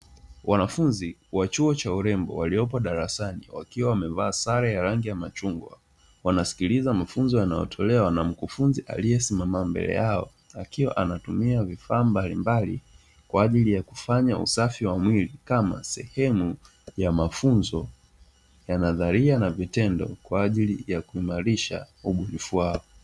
Wanafunzi wa chuo cha urembo waliopo darasani wakiwa wamevaa sare ya rangi ya machungwa, wanasikiliza mafunzo yanayotolewa na mkufunzi aliyesimama mbele yao, akiwa anatumia vifaa mbalimbali kwa ajili ya kufanya usafi wa mwili kama sehemu ya mafunzo ya nadhalia na vitendo kwa ajili ya kuimarisha ubunifu wao.